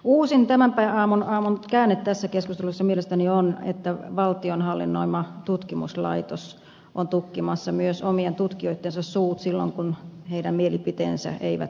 uusin tämän aamun käänne tässä keskustelussa mielestäni on se että valtion hallinnoima tutkimuslaitos on tukkimassa myös omien tutkijoittensa suut silloin kun heidän mielipiteensä eivät miellytä